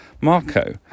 Marco